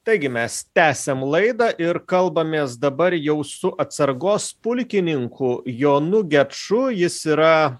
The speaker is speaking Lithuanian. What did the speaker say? taigi mes tęsiam laidą ir kalbamės dabar jau su atsargos pulkininku jonu geču jis yra